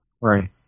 Right